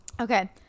okay